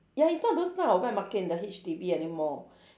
ya it's not those type of wet market in the H_D_B anymore